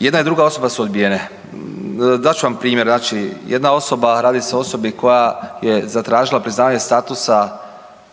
jedna i druga osoba su odbijene. Dat ću vam primjer, znači, jedna osoba, radi se o osobi koja je zatražila priznavanje statusa za priznavanje statusa